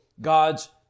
God's